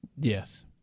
Yes